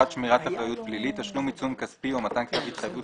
81.שמירת אחריות פלילית תשלום עיצום כספי או מתן כתב התחייבות